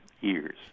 years